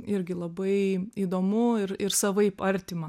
irgi labai įdomu ir ir savaip artima